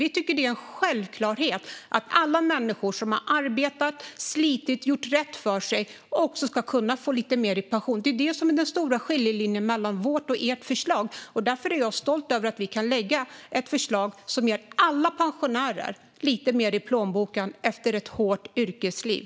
Vi tycker att det är en självklarhet att alla människor som har arbetat, slitit och gjort rätt för sig också ska kunna få lite mer i pension. Det är det som är den stora skiljelinjen mellan vårt och ert förslag. Jag är stolt över att vi kan lägga ett förslag som ger alla pensionärer lite mer i plånboken efter ett hårt yrkesliv.